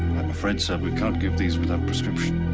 i'm afraid, sir, we can't give these without prescription.